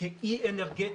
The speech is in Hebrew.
כאי אנרגטי,